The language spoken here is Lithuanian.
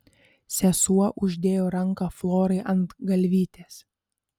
sesuo uždėjo ranką florai ant galvytės